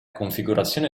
configurazione